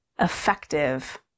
effective